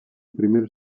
primer